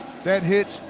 that hitch,